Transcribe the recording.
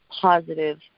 positive